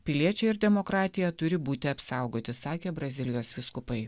piliečiai ir demokratija turi būti apsaugoti sakė brazilijos vyskupai